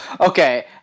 Okay